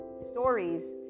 stories